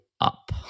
up